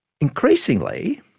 Increasingly